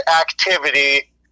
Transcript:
activity